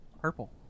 Purple